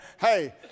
Hey